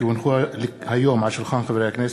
כי הונחו היום על שולחן הכנסת,